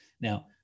now